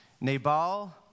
Nabal